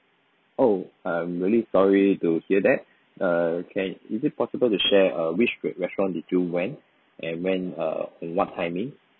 oh I'm really sorry to hear that okay is it possible to share uh which re ~ restaurant did you went and when uh what timing